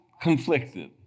conflicted